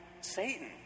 Satan